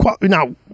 now